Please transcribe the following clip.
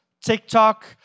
TikTok